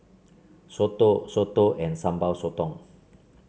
soto soto and Sambal Sotong